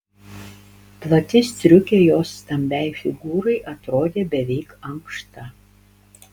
plati striukė jos stambiai figūrai atrodė beveik ankšta